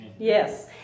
Yes